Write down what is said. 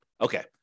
Okay